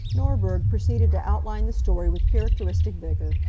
norberg proceeded to outline the story with characteristic vigor,